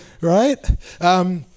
right